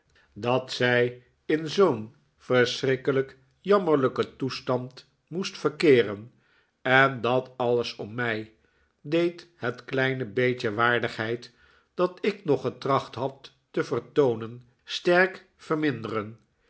dat zij in zoo'n verschrikkelijk jammerlijken toestand moest verkeeren en dat alles om mij deed het kleine beetje waardigheid dat ik nog getracht had te vertoonen sterk verminderen